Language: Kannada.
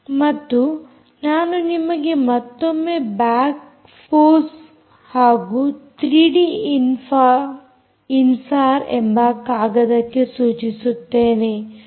ಮತ್ತು ನಾನು ನಿಮಗೆ ಮತ್ತೊಮ್ಮೆ ಬ್ಯಾಕ್ ಪೋಸ್ ಹಾಗೂ 3ಡಿ ಇನ್ಸಾರ್ ಎಂಬ ಕಾಗದಕ್ಕೆ ಸೂಚಿಸುತ್ತೇನೆ